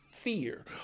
fear